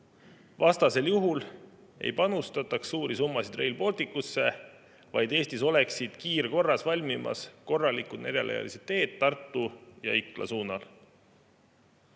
Vastasel juhul ei panustataks suuri summasid Rail Balticusse, vaid Eestis oleksid kiirkorras valmimas korralikud neljarealised teed Tartu ja Ikla suunas.